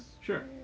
sure